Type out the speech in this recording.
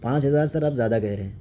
پانچ ہزار سر آپ زیادہ کہہ رہے ہیں